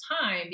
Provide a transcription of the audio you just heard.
time